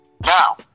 Now